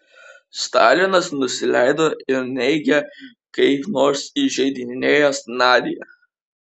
stalinas nusileido ir neigė kaip nors įžeidinėjęs nadią